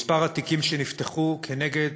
מספר התיקים שנפתחו בגין